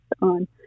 on